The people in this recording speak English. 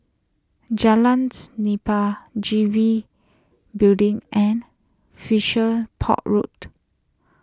Jalan's Nipah G B Building and fisher Port Road